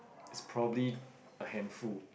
it's probably a handful